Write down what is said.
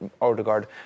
Odegaard